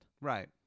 Right